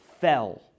fell